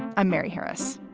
i'm mary harris.